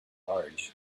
large